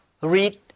read